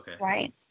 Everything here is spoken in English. right